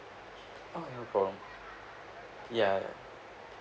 oh no problem ya ya